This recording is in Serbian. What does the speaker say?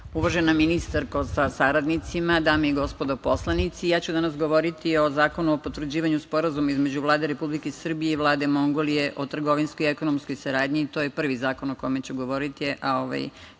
ministarko sa saradnicima, dame i gospodo poslanici, danas ću govoriti o Zakonu o potvrđivanju Sporazuma između Vlade Republike Srbije i Vlade Mongolije o trgovinskoj i ekonomskoj saradnji. To je prvi zakon o kome ću govoriti, a kasnije